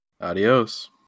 Adios